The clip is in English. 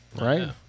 right